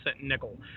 nickel